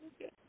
Okay